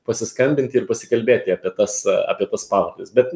pasiskambinti ir pasikalbėti apie tas apie tas pavardes bet